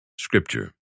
Scripture